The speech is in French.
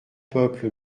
peuple